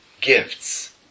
Gifts